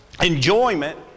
enjoyment